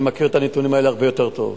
אני מכיר את הנתונים האלה הרבה יותר טוב.